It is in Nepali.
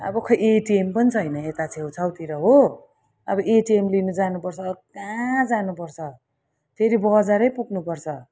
अब खोइ एटिएम पनि छैन यता छेउछाउतिर हो अब एटिएम लिनु जानुपर्छ कहाँ जानुपर्छ फेरि बजारै पुग्नुपर्छ